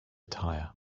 tire